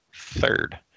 third